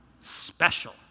Special